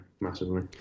massively